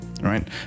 right